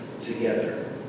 together